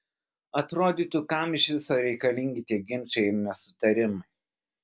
atrodytų kam iš viso reikalingi tie ginčai ir nesutarimai